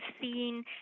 seen